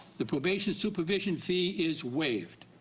the supervision supervision fee is waived.